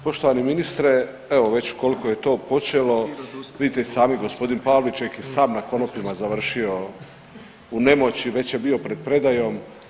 Poštovani ministre, evo već koliko je to počelo vidite i sami gospodin Pavliček je sam na konopima završio u nemoći, već je bio pred predajom.